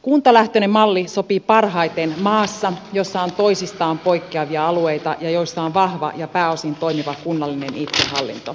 kuntalähtöinen malli sopii parhaiten maassa jossa on toisistaan poikkeavia alueita ja jossa on vahva ja pääosin toimiva kunnallinen itsehallinto